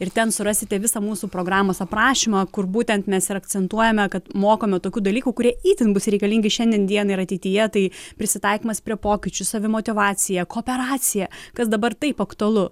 ir ten surasite visą mūsų programos aprašymą kur būtent mes ir akcentuojame kad mokome tokių dalykų kurie itin bus reikalingi šiandien dienai ir ateityje tai prisitaikymas prie pokyčių savimotyvacija kooperacija kas dabar taip aktualu